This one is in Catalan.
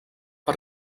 per